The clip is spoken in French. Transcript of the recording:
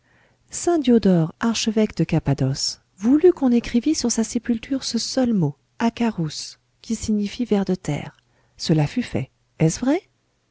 diodore archevêque de cappadoce voulut qu'on écrivît sur sa sépulture ce seul mot acarus qui signifie ver de terre cela fut fait est-ce vrai